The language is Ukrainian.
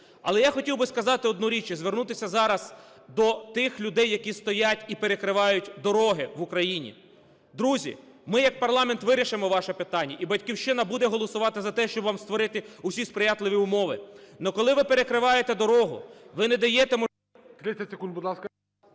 Але я хотів би сказати одну річ і звернутися зараз до тих людей, які стоять і перекривають дороги в Україні. Друзі, ми як парламент вирішимо ваше питання і "Батьківщина" буде голосувати за те, щоби вам створити усі сприятливі умови. Ну коли ви перекриваєте дорогу, ви не даєте… ГОЛОВУЮЧИЙ.